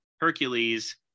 Hercules